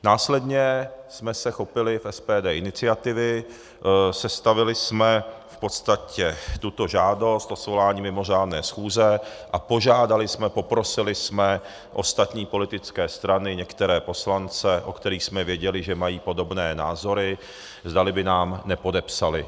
Následně jsme se chopili v SPD iniciativy, sestavili jsme v podstatě tuto žádost o svolání mimořádné schůze a požádali jsme, poprosili jsme ostatní politické strany a některé poslance, o kterých jsme věděli, že mají podobné názory, zdali by nám nepodepsali.